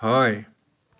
হয়